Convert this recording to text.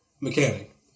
mechanic